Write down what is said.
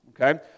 Okay